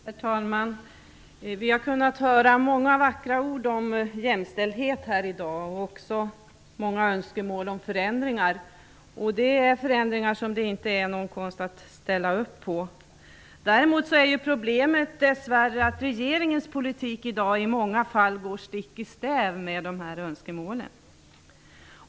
Herr talman! Vi har kunnat höra många vackra ord om jämställdhet här i dag. Vi har också hört många önskemål om förändringar, som det inte är någon konst att ställa sig bakom. Däremot är problemet dess värre att regeringens politik i dag i många fall går stick i stäv med dessa önskemål.